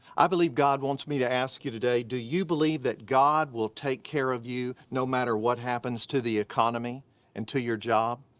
i believe god wants me to ask you today do you believe that god will take care of you no matter what happens to the economy and to your job?